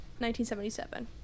1977